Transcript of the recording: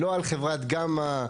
לא חברת "גמא",